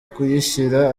kuyishyira